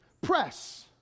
Press